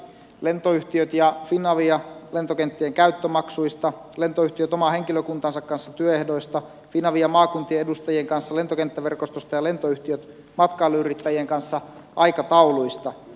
lentoyhtiöt ja finavia lentokenttien käyttömaksuista lentoyhtiöt oman henkilökuntansa kanssa työehdoista finavia maakuntien edustajien kanssa lentokenttäverkostosta ja lentoyhtiöt matkailuyrittäjien kanssa aikatauluista